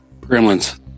Gremlins